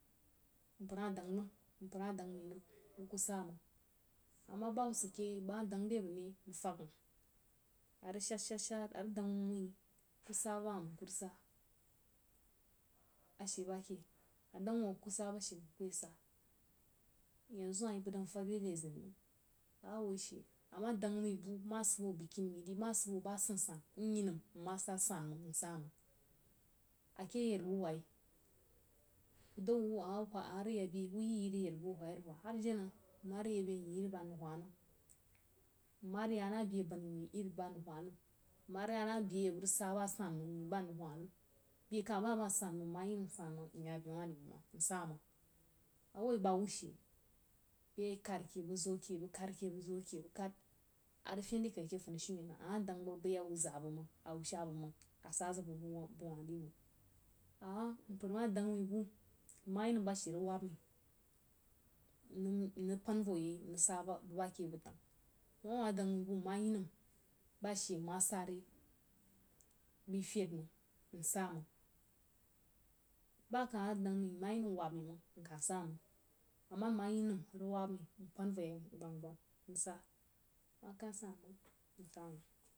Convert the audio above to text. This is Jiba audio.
Mpər ha dəng wu mpər ha dəng wu nəm nku sa məng ama bahubba sid re yei bəg ma dəng re bəg ne bəg fəg məng a rig shad-shad arig dəng wuoh wuin ku ba ba ha məng ku rig sa, ashe ba ke a dəng wuoh ku ba bashe məng keye sa yanzu ha ba dan fəg de nai ʒini məng a woi she ama dəng mai bu ma sid bo bugkini mai ri ma sid buoh bah asan san nyinəm nmah sa san̄ məng nsa məng, ake ayarbu hwai ku dəng wu ama kig ya be wu yi iri ayarbu-wai arig hwa har jenna nma rig yabe myi iri ba nrig hwa nəm nma rig ya na be kuoh myi irí ba nrig hwa nəm nma rig ya na be banna myi ba mrig kwa nma rig ya na beda bəg rig sa basaməng myi ba nrig hwa nəm beh ka ba ma sanməng nya beh wah ri məng, nsaməng nwoi bah bba she bəg ye karke bəg zuoh ke, bəg kurke nzw ke nkad arig fin rekai ke funishumen ama dəng bəg bai awuh zaa bəg məng, awuh shan bəg məng asa ziu bəg buziuməng, ama mpər ma dəng mai bu nmayinəm bashe rig wubba mai nrig pən voh yei n rig sa ba ke abəg dəng amah amah dəng mai bw nma yinəm bashe nma sare bai fiud məng n saməng ba ka ma dəng mai nma yinəm wabba mai nka samang ama nma yinəm rig wabba mai nrig pan voh yei gbəm gbəm nrig sa ma kah san məng nsa məng.